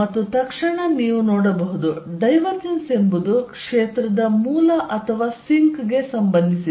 ಮತ್ತು ತಕ್ಷಣ ನೀವು ನೋಡಬಹುದು ಡೈವರ್ಜೆನ್ಸ್ ಎಂಬುದು ಕ್ಷೇತ್ರದ ಮೂಲ ಅಥವಾ ಸಿಂಕ್ ಗೆ ಸಂಬಂಧಿಸಿದೆ